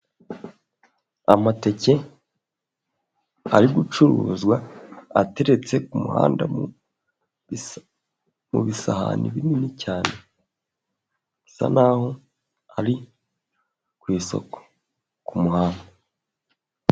Amateke ari gucuruzwa ateretse ku muhanda mu bisahani binini cyane bisa naho ari ku isoko ku muhanda.